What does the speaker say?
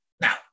Now